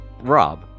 Rob